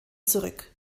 zurück